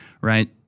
right